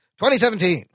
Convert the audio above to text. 2017